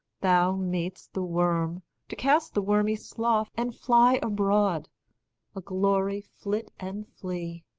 thou mad'st the worm to cast the wormy slough, and fly abroad a glory flit and flee.